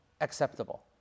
Acceptable